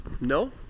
No